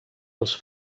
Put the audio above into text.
els